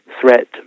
threat